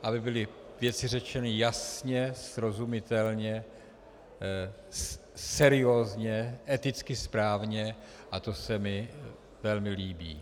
Aby byly věci řečeny jasně, srozumitelně, seriózně, eticky správně, a to se mi velmi líbí.